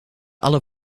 alle